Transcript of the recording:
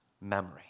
memory